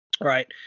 Right